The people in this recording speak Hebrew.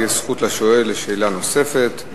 תהיה זכות לשואל לשאלה נוספת.